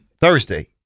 Thursday